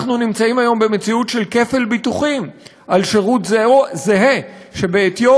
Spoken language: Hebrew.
אנחנו נמצאים היום במציאות של כפל ביטוחים על שירות זהה שבעטיו